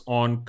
on